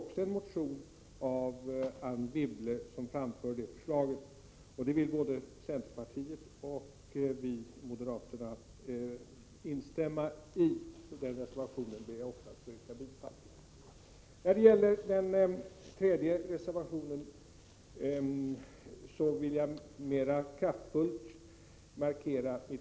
Också det förslaget framförs i en motion av Anne Wibble. Det vill både centerpartiet och vi moderater instämma i. Jag ber således att få yrka bifall också till den reservationen. När det gäller reservation 2 vill jag mer kraftfullt markera mitt missnöje.